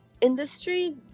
industry